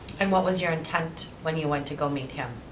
and what was your intent when you went to go meet him?